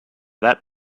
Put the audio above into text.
that